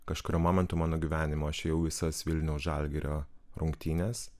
kažkuriuo momentu mano gyvenimo aš jau visas vilniaus žalgirio rungtynes